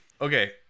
okay